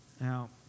Now